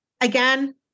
again